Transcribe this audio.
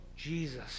Jesus